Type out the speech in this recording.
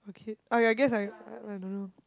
a kid oh you guess I I don't know